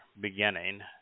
beginning